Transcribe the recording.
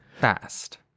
Fast